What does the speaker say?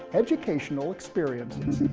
educational experiences.